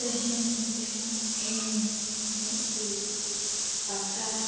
ᱛᱮᱦᱮᱧ ᱡᱮᱢᱚᱱ ᱤᱧ ᱢᱤᱫᱴᱤᱡ ᱯᱟᱛᱟ